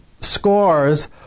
scores